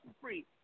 free